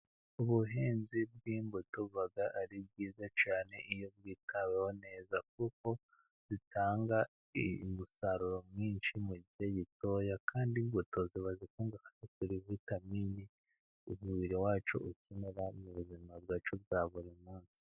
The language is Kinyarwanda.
Ubuhinzi bw'imbuto buba ari bwiza cyane, iyo bwitaweho neza kuko butanga umusaruro mwinshi mu gihe gitoya, kandi imbuto ziba zikungahaye kuri vitamini, umubiri wacu ukenera mu buzima bwacu bwa buri munsi.